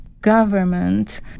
government